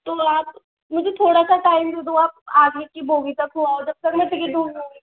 तो आप मुझे थोड़ा सा टाइम तो दो आप आगे की बोगी तक हो आओ तब तक मैं टिकट ढूंढ लूँगी